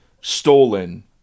stolen